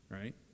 Right